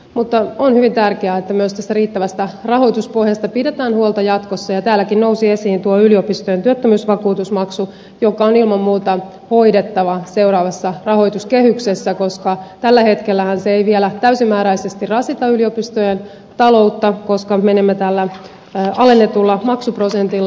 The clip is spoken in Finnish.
mutta on hyvin tärkeää että myös tästä riittävästä rahoituspohjasta pidetään huolta jatkossa ja täälläkin nousi esiin tuo yliopistojen työttömyysvakuutusmaksu joka on ilman muuta hoidettava seuraavassa rahoituskehyksessä koska tällä hetkellähän se ei vielä täysimääräisesti rasita yliopistojen taloutta koska menemme tällä alennetulla maksuprosentilla